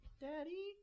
Daddy